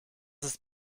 ist